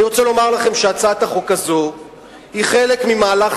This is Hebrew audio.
אני רוצה לומר לכם שהצעת החוק הזאת היא חלק ממהלך